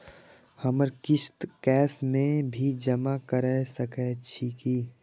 हमर किस्त कैश में भी जमा कैर सकै छीयै की?